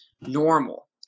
normal